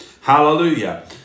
hallelujah